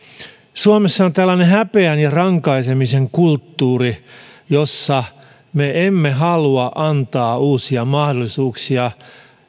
suomessa on tällainen häpeän ja rankaisemisen kulttuuri jossa me emme halua antaa uusia mahdollisuuksia